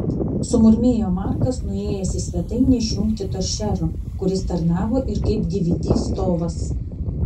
sumurmėjo markas nuėjęs į svetainę išjungti toršero kuris tarnavo ir kaip dvd stovas